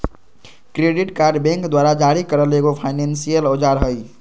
credit card bank द्वारा जारी करल एगो फायनेंसियल औजार हइ